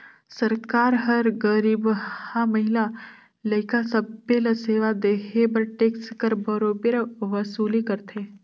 सरकार हर गरीबहा, महिला, लइका सब्बे ल सेवा देहे बर टेक्स कर बरोबेर वसूली करथे